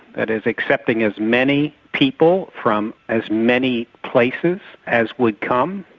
that is accepting as many people from as many places as would come,